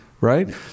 right